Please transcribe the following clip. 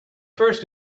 first